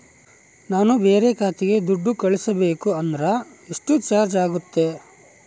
ನಾನು ಬೇರೆ ಖಾತೆಗೆ ದುಡ್ಡು ಕಳಿಸಬೇಕು ಅಂದ್ರ ಎಷ್ಟು ಚಾರ್ಜ್ ಆಗುತ್ತೆ?